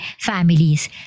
Families